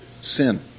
sin